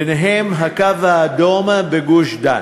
ביניהן "הקו האדום" בגוש-דן.